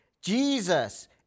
Jesus